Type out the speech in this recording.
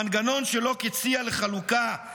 המנגנון לחלוקה שלוק הציע,